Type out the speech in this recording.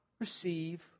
receive